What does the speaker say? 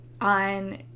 on